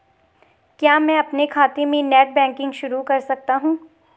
क्या मैं अपने खाते में नेट बैंकिंग शुरू कर सकता हूँ?